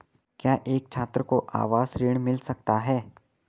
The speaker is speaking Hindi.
क्या एक छात्र को आवास ऋण मिल सकता है?